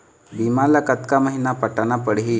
बीमा ला कतका महीना पटाना पड़ही?